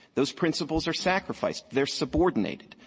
those principles are sacrificed. they are subordinated.